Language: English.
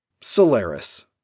Solaris